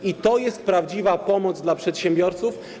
I to jest prawdziwa pomoc dla przedsiębiorców.